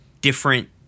different